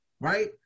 Right